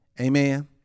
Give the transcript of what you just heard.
Amen